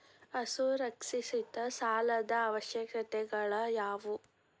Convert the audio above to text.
ಅಸುರಕ್ಷಿತ ಸಾಲದ ಅವಶ್ಯಕತೆಗಳ ಯಾವು